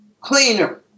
cleaner